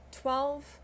twelve